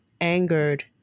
angered